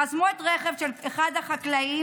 חסמו את הרכב של אחד החקלאים,